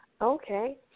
okay